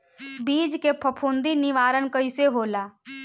बीज के फफूंदी निवारण कईसे होला?